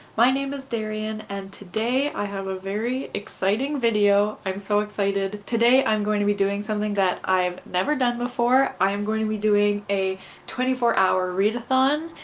my name is daryan and today i have a very exciting video, i'm so excited, today i'm going to be doing something that i've never done before, i am going to be doing a twenty four hour readathon,